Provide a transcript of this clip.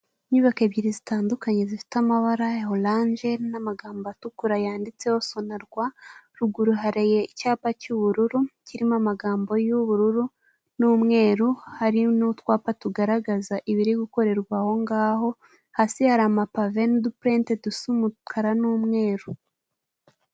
Inyubako ebyiri zitandukanye zifite amabara ya oranje n'amagambo atukura yanditseho sonarwa, ruguru hari icyapa cy'ubururu kirimo amagambo y'ubururu n'umweru hari n'utwapa tugaragaza ibiri gukorerwa aho ngaho, hasi hari amapave n'udupurete dusa umukara n'umweru.